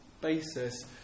basis